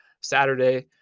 Saturday